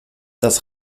das